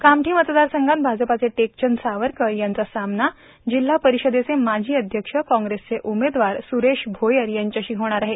कामठी मतदारसंघात भाजपाचे टेकचंद सावरकर यांचा सामना जिल्हा परिषदेचे माजी अध्यक्ष काँग्रेसचे उमेदवार सुरेश भोयर यांच्याशी होणार आहे